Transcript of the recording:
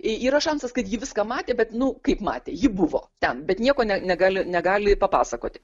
yra šansas kad ji viską matė bet nu kaip matė ji buvo ten bet nieko negali negali papasakoti